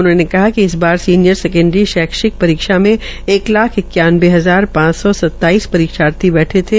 उन्होंने बताया कि इस बार सीनियर सेकेंडरी शैक्षिक परीक्षा में एक लाख इक्यानवे हजार पांच सौ सताईस परीक्षार्थी बैठे थे